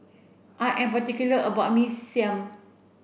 I am particular about my Mee Siam